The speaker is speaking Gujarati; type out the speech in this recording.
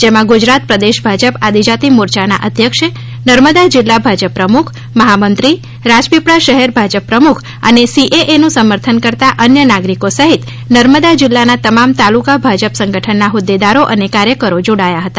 જેમાં ગુજરાત પ્રદેશ ભાજપ આદીજાતિના મોરચાના અધ્યક્ષ નર્મદા જિલ્લા ભાજપ પ્રમુખ મહામંત્રી રાજપીપળા શહેર ભાજપ પ્રમુખ અને સીએએનું સમર્થન કરતા અન્ય નાગરિકો સહિત નર્મદા જિલ્લાના તમામ તાલુકા ભાજપ સંગઠનના હોદેદારો અને કાર્યકરો જોડાયા હતા